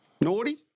Naughty